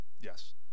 Yes